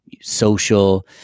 social